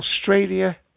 Australia